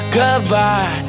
goodbye